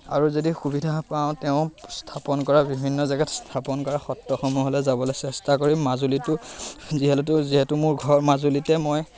আৰু যদি সুবিধা পাওঁ তেওঁ স্থাপন কৰা বিভিন্ন জেগাত স্থাপন কৰা সত্ৰসমূহলৈ যাবলৈ চেষ্টা কৰিম মাজুলীতো যিহেতু যিহেতু মোৰ ঘৰ মাজুলীতে মই